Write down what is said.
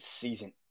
season